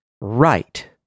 right